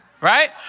Right